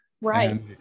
right